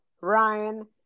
Ryan